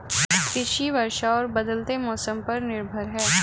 कृषि वर्षा और बदलते मौसम पर निर्भर है